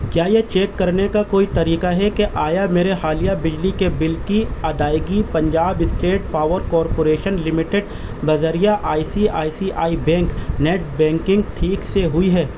کیا یہ چیک کرنے کا کوئی طریقہ ہے کہ آیا میرے حالیہ بجلی کے بل کی ادائیگی Punjab state power corporation limited بذریعہ I C I C I bank net banking ٹھیک سے ہوئی ہے